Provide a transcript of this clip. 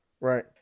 Right